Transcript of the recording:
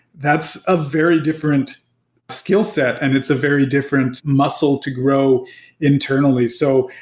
that's a very different skillset and it's a very different muscle to grow internally. so,